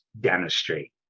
dentistry